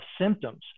symptoms